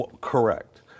Correct